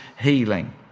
healing